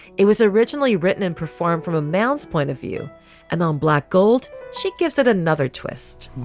it was originally written and performed from a mount's point of view and on black gold. she gives it another twist